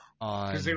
on